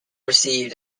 received